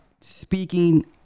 speaking